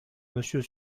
monsieur